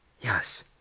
Yes